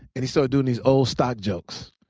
and he starts doing these old stock jokes.